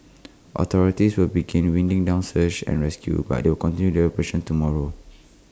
authorities will begin winding down search and rescue but they will continue the operation tomorrow